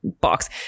box